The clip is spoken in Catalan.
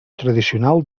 tradicional